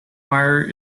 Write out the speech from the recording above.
wire